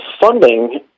funding